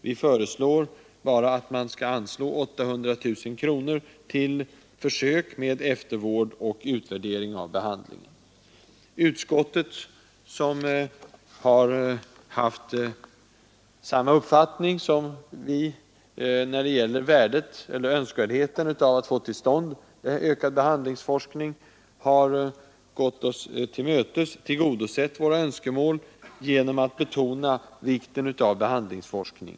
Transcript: Vi föreslår bara att man skall anslå 800 000 kronor till försök med eftervård Utskottet, som har haft samma uppfattning som vi när det gäller värdet eller önskvärdheten av att få till stånd ökad behandlingsforskning, har gått oss till mötes och tillgodosett våra önskemål genom att betona vikten av behandlingsforskning.